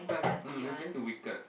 mm I've been to Wicked